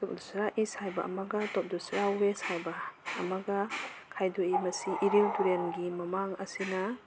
ꯇꯣꯞ ꯗꯨꯁꯥꯔꯥ ꯏꯁ ꯍꯥꯏꯕ ꯑꯃꯒ ꯇꯣꯞ ꯗꯨꯁꯥꯔꯥ ꯋꯦꯁ ꯍꯥꯏꯕ ꯑꯃꯒ ꯈꯥꯏꯗꯣꯛꯏ ꯃꯁꯤ ꯏꯔꯤꯜ ꯇꯨꯔꯦꯜꯒꯤ ꯃꯃꯥꯡ ꯑꯁꯤꯅ